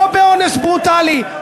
לא באונס ברוטלי,